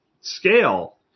scale